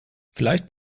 vielleicht